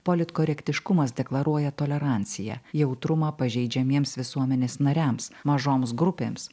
politkorektiškumas deklaruoja toleranciją jautrumą pažeidžiamiems visuomenės nariams mažoms grupėms